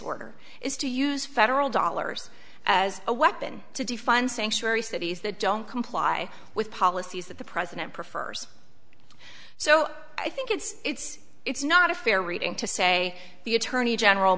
order is to use federal dollars as a weapon to defund sanctuary cities that don't comply with policies that the president prefers so i think it's it's it's not a fair reading to say the attorney general